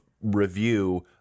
review